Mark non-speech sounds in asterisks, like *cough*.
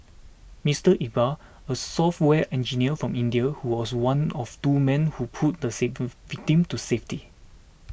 Mister Iqbal a software engineer from India who was one of two men who pulled the *unintelligible* victim to safety